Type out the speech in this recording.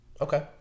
Okay